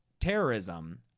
terrorism